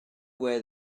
where